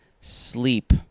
sleep